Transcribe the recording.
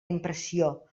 impressió